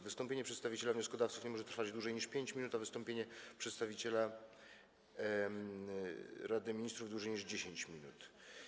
Wystąpienie przedstawiciela wnioskodawców nie może trwać dłużej niż 5 minut, a wystąpienie przedstawiciela Rady Ministrów - dłużej niż 10 minut.